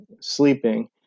sleeping